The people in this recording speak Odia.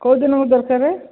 କେଉଁ ଦିନକୁ ଦରକାରେ